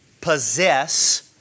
possess